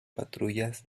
patrullas